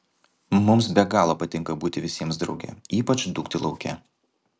mums be galo patinka būti visiems drauge ypač dūkti lauke